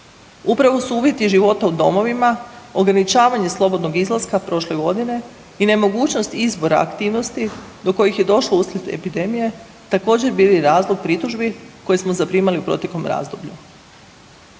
Upravo su uvjeti života u domovima, ograničavanje slobodnog izlaska prošle godine i nemogućnost izbora aktivnosti do kojih je došlo uslijed epidemije također bili razlog pritužbi koje smo zaprimali u proteklom razdoblju.